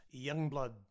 Youngblood